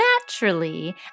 Naturally